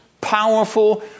powerful